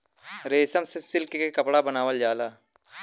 रेशम से सिल्क के कपड़ा बनावल जाला